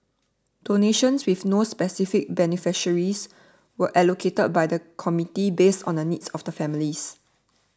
donations with no specific beneficiaries were allocated by the committee based on the needs of the families